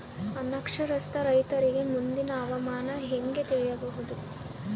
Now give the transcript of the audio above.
ಅನಕ್ಷರಸ್ಥ ರೈತರಿಗೆ ಮುಂದಿನ ಹವಾಮಾನ ಹೆಂಗೆ ತಿಳಿಯಬಹುದು?